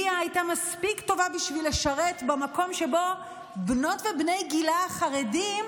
ליה הייתה מספיק טובה בשביל לשרת במקום שבו בנות ובני גילה החרדים